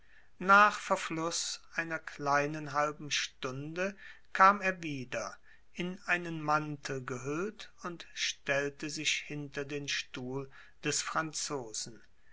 nach verfluß einer kleinen halben stunde kam er wieder in einen mantel gehüllt und stellte sich hinter den stuhl des franzosen